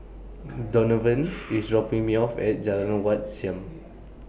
Donavon IS dropping Me off At Jalan Wat Siam